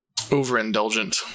overindulgent